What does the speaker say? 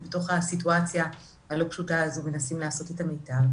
בהתאם לסיטואציה עם הרבה גמישות ומקום.